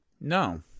no